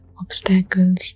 obstacles